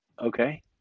Okay